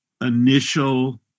initial